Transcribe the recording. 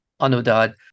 Onodad